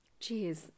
Jeez